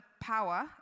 power